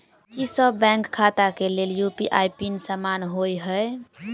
की सभ बैंक खाता केँ लेल यु.पी.आई पिन समान होइ है?